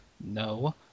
no